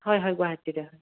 হয় হয় গুৱাহাটীৰে হয়